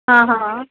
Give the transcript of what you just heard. ਹਾਂ ਹਾਂ